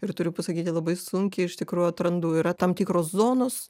ir turiu pasakyti labai sunkiai iš tikrųjų atrandu yra tam tikros zonos